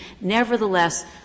Nevertheless